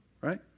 right